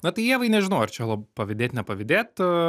na tai ievai nežinau ar čia la pavydėt nepavydėt